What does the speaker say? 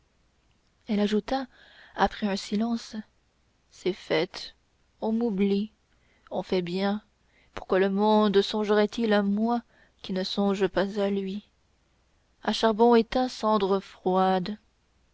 elle ajouta après un silence c'est fête on m'oublie on fait bien pourquoi le monde songerait il à moi qui ne songe pas à lui à charbon éteint cendre froide